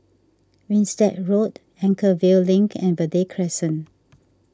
Winstedt Road Anchorvale Link and Verde Crescent